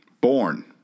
born